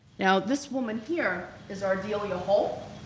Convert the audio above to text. now, this woman here is ardelia hall.